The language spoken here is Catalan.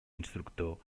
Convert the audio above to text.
instructor